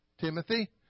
Timothy